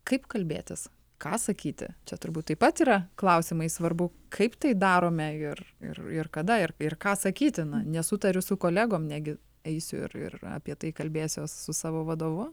kaip kalbėtis ką sakyti čia turbūt taip pat yra klausimai svarbu kaip tai darome ir ir ir kada ir ir ką sakytina nesutariu su kolegom negi eisiu ir ir apie tai kalbėsiuos su savo vadovu